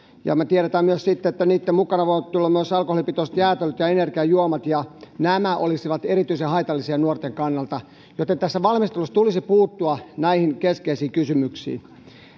me tiedämme myös että niitten mukana voivat tulla alkoholipitoiset jäätelöt ja energiajuomat ja nämä olisivat erityisen haitallisia nuorten kannalta joten valmistelussa tulisi puuttua näihin keskeisiin kysymyksiin